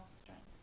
strength